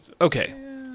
okay